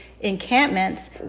encampments